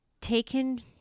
taken